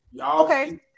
okay